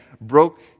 broke